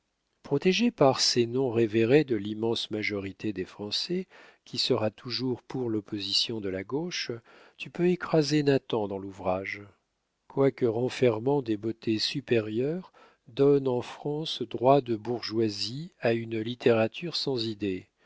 protégé par ces noms révérés de l'immense majorité des français qui sera toujours pour l'opposition de la gauche tu peux écraser nathan dont l'ouvrage quoique renfermant des beautés supérieures donne en france droit de bourgeoisie à une littérature sans idées